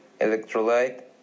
electrolyte